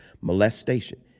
molestation